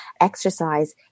Exercise